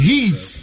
Heat